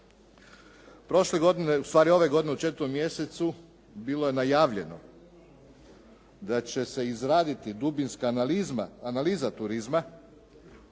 Prošle godine, u stvari ove godine u četvrtom mjesecu bilo je najavljeno da će se izraditi dubinska analiza turizma.